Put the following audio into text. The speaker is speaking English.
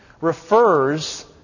refers